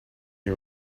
and